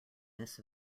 this